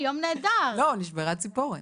אז זה יום טראגי, נשברה ציפורן.